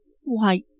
Why—